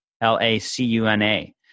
L-A-C-U-N-A